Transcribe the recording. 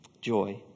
joy